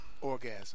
Orgasm